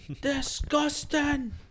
Disgusting